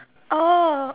oh